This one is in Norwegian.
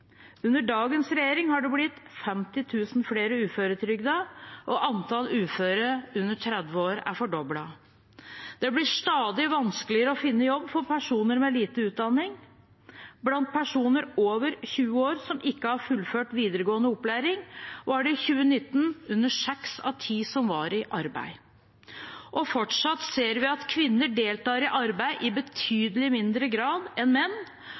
Under dagens regjering har det blitt 50 000 flere uføretrygdede, og antall uføre under 30 år er fordoblet. Det blir stadig vanskeligere å finne jobb for personer med lite utdanning. Blant personer over 20 år som ikke har fullført videregående opplæring, var det i 2019 under seks av ti som var i arbeid. Fortsatt ser vi at kvinner deltar i arbeid i betydelig mindre grad enn menn,